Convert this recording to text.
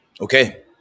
Okay